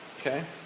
okay